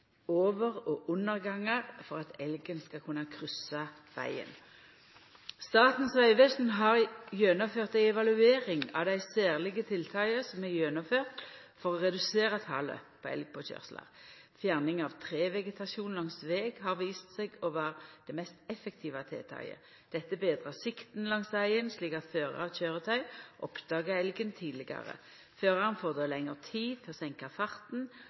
over- og undergangar for at elgen skal kunna kryssa vegen. Statens vegvesen har gjennomført ei evaluering av dei særlege tiltaka som er gjennomførte, for å redusera talet på elgpåkøyrslar. Fjerning av trevegetasjon langs veg har vist seg å vera det mest effektive tiltaket. Dette betrar sikten langs vegen, slik at førar av køyretøy oppdagar elgen tidlegare. Føraren får då lengre tid til å senka farten,